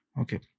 Okay